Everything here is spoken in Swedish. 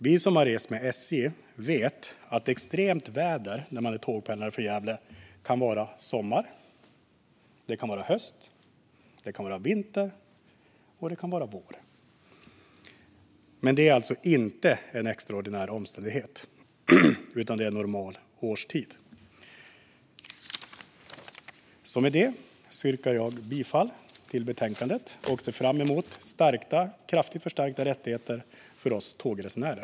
Vi som har rest med SJ vet att extremt väder för tågpendlare från Gävle kan innebära sommar, höst, vinter och vår. Men detta är alltså inte extraordinära omständigheter, utan det rör sig om normala årstider. Med detta yrkar jag bifall till utskottets förslag i betänkandet och ser fram emot kraftigt förstärkta rättigheter för oss tågresenärer.